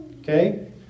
Okay